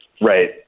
Right